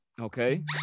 Okay